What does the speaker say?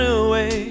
away